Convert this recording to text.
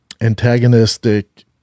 Antagonistic